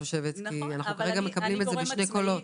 כי כרגע אנחנו מקבלים את זה בשני קולות.